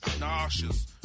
nauseous